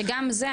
שגם זה,